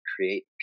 create